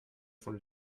von